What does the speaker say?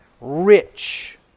rich